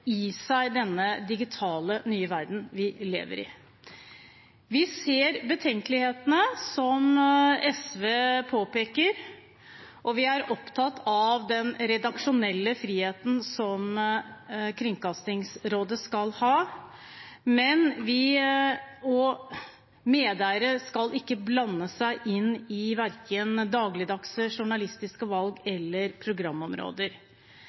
i seg denne digitale nye verden vi lever i. Vi ser betenkelighetene som SV påpeker, og vi er opptatt av den redaksjonelle friheten Kringkastingsrådet skal ha. Medeiere skal ikke blande seg inn, verken i dagligdagse journalistiske valg eller i programområder.